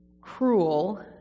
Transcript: cruel